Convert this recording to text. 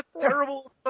terrible